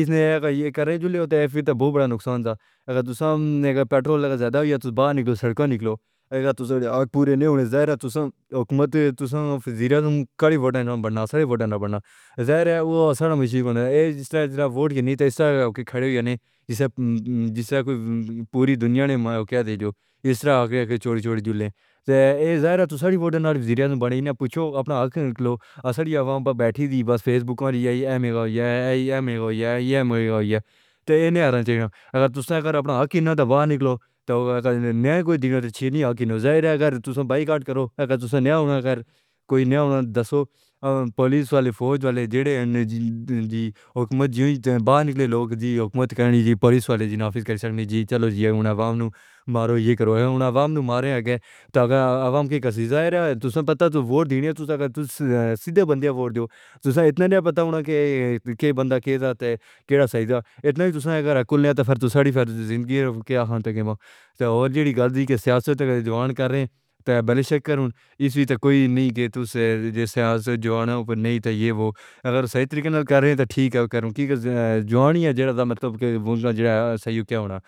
اس نے کہا یہ کریں جو بہت بڑا نقصان تھا اگر آپ نے پیٹرول زیدہ ہو یا تو باہر نکلاؤ، سڑکوں پر نکلاؤ۔ آگ پوری نہیں ہونے دیں گے۔ حکومت کو ہماری ووٹنہ بنانا چاہئے۔ ووٹ نہیں دینا ضروری ہے۔ وہ مسلسل ووٹ کی طرح ووٹ کی طرح کھڈے ہوئے ہیں جیسے پوری دنیا نے کہا تھا کہ چھوڑ چھوڑ کر ظاہر ہے کہ پوچھو اپنا حق نکلاؤ اپنی عوام بھی بیٹھی ہوئی بس فیس بک پر ہے۔ میں گیا ہوں تو نہیں آتا تھا کہ اگر آپ نے اپنا حق نہ دبا نکلوا تو نہ کوئی دن تھے نہ ہم زیدہ گر دیسو بائیکاٹ کرو۔ اگر آپ نے کہا کہ کوئی نیا ہونا دسو اور پولیس والے فوج والے جی حکومت جیسی ہے۔ باہر نکلے لوگ جی حکومت کے پولیس والے آفس کے پاس نہیں جی چلو جی اب عوام کو مارو، یہ کرو اب عوام کو مارا گیا تو عوام کی کسی ضرورت تو سنو پتا تو ووٹ دینے سے پہلے بندہ ووٹ دیا تو اتنا بھی نہ پتا کہ کے بندہ تھے کہنا چاہتا ہے کہ اتنا ہی تو سرگرم رکھ لیا تا پھر تو ساری زندگی گیند کیا کرتی ہے اور جب غلطی سیاست کر رہے تھے بلاشک ابھی تک کوئی نہیں کہہ تو سے سیاسہ جوانا نہیں تھے یہ وہ اگر صحیح طریقے سے کر رہے تھے ٹھیک ہے کر لو جیوں گی اور جیوں گی اور جیوں گی